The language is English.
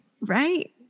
Right